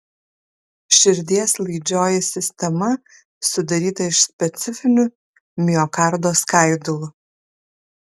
širdies laidžioji sistema sudaryta iš specifinių miokardo skaidulų